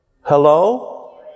Hello